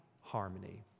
harmony